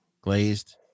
glazed